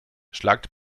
schlagt